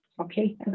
Okay